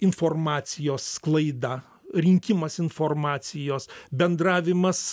informacijos sklaida rinkimas informacijos bendravimas